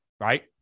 right